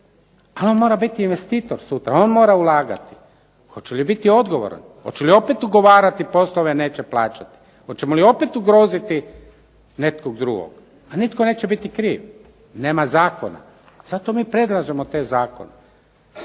Al' on mora biti investitor sutra, on mora ulagati. Hoće li biti odgovoran, hoće li opet ugovarati poslove a neće plaćati? Hoćemo li opet ugroziti nekog drugog? Pa nitko neće biti kriv, nema zakona. Zato mi predlažemo taj zakon.